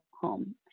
home